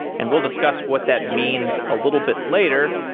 and we'll discuss what that means a little bit later,